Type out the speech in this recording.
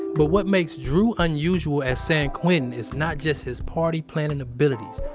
but what makes drew unusual at san quentin is not just his party planning abilities.